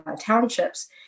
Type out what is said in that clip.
townships